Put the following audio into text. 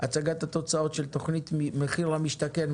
הצגת התוצאות של תוכנית מחיר למשתכן,